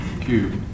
Cube